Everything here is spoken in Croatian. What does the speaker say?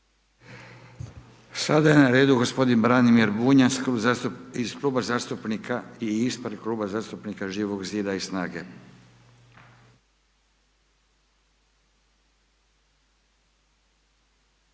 Sada je na redu gospodin Branimir Bunjac, zastupnik iz Kluba zastupnika i ispred Kluba zastupnika Živog zida i Snage.